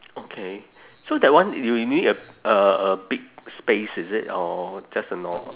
okay so that one you you need a a big space is it or just a nor~